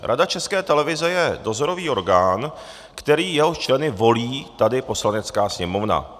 Rada České televize je dozorový orgán, jehož členy volí tady Poslanecká sněmovna.